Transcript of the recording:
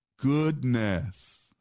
Goodness